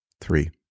three